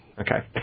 Okay